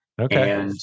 Okay